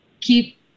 keep